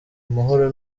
amahoro